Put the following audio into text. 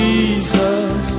Jesus